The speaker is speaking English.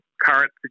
current